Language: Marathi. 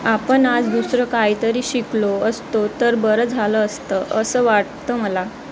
आपण आज दुसरं काहीतरी शिकलो असतो तर बरं झालं असतं असं वाटतं मला